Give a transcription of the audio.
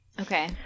Okay